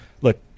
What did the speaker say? Look